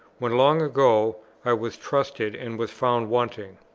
when long ago i was trusted, and was found wanting?